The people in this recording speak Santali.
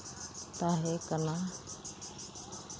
ᱛᱟᱦᱮᱸ ᱠᱟᱱᱟ